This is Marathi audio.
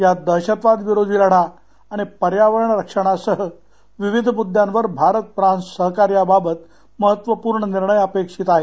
यात दहशतवाद विरोधी लढा आणि पर्यावरण रक्षणासह विविध मुद्यांवर भारत फ्रान्स सहकार्याबाबत महत्वपूर्ण निर्णय अपेक्षित आहेत